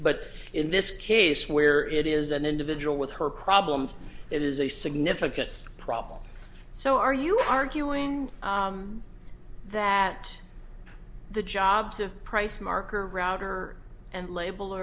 but in this case where it is an individual with her problems it is a significant problem so are you arguing that the jobs of price marker router and label